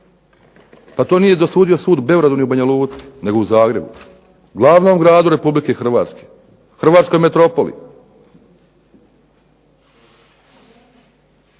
to nije dosudio sud u Beogradu ili Banja Luci nego u Zagrebu. Glavnom gradu Republike Hrvatske, Hrvatskoj metropoli.